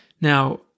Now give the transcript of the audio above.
Now